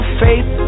faith